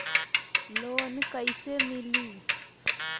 Loan कईसे मिली?